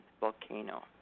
volcano